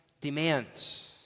demands